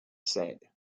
said